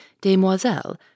demoiselle